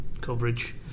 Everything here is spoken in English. coverage